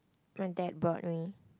my dad brought me